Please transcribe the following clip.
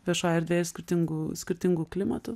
viešoje erdvėje skirtingų skirtingų klimatų